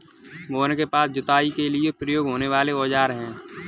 मोहन के पास जुताई के लिए प्रयोग होने वाले औज़ार है